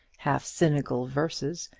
half-cynical verses,